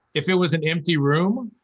if it was an empty room?